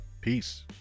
peace